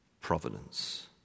providence